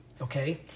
okay